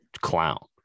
clown